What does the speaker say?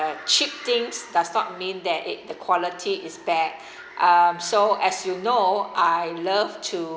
cheap things does not mean that it the quality is bad um so as you know I love to